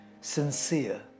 sincere